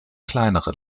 kleinere